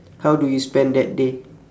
how do you spend that day